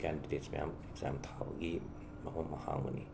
candidates ꯃꯌꯥꯝ exam ꯊꯥꯕꯒꯤ ꯃꯐꯝ ꯍꯥꯡꯕꯅꯤ